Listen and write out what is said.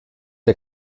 der